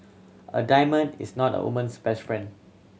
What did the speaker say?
a diamond is not a woman's best friend